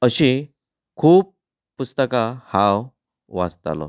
अशीं खूब पुस्तकां हांव वाचतालों